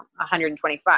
125